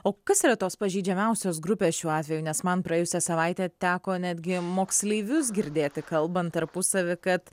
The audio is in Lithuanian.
o kas yra tos pažeidžiamiausios grupės šiuo atveju nes man praėjusią savaitę teko netgi moksleivius girdėti kalbant tarpusavy kad